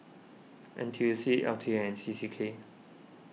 N T U C L T A and C C K